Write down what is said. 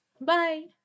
Bye